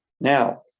now